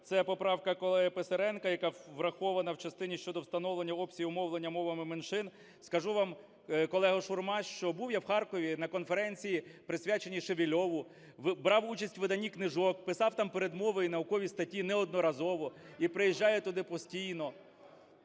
це поправка колеги Писаренка, яка врахована в частині щодо встановлення обсягів мовлення мовами меншин. Скажу вам, колега Шурма, що був я в Харкові на конференції, присвяченій Шевельову, брав участь у виданні книжок, писав там передмови і наукові статті неодноразово і приїжджаю туди постійно.